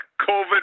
COVID